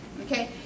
okay